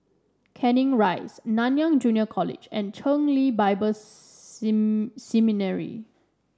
Canning Rise Nanyang Junior College and Chen Lien Bible seem Seminary